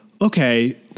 okay